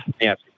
Yes